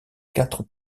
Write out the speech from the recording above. quatre